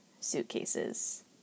suitcases